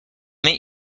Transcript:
meet